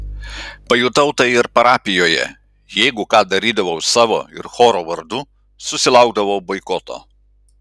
pajutau tai ir parapijoje jeigu ką darydavau savo ir choro vardu susilaukdavau boikoto